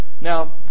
Now